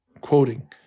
quoting